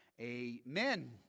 Amen